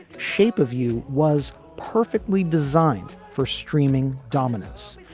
shape of you was perfectly designed for streaming dominance,